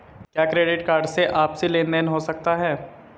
क्या credit card से आपसी लेनदेन हो सकता है?